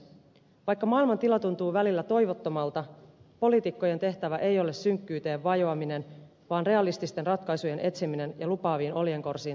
vaikka maailman tila tuntuu välillä toivottomalta poliitikkojen tehtävä ei ole synkkyyteen vajoaminen vaan realististen ratkaisujen etsiminen ja lupaaviin oljenkorsiin tarttuminen